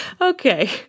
Okay